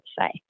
say